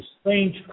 strange